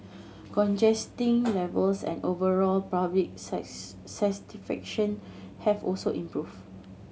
levels and overall public satisfaction have also improved